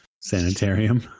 sanitarium